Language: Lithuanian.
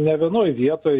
ne vienoj vietoj